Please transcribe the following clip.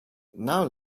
now